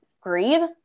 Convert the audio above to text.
grieve